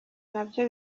nabyo